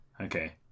Okay